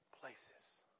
places